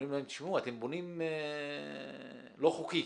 אומרים להם, תשמעו, אתם בונים לא חוקי,